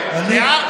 דיבור?